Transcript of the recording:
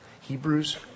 Hebrews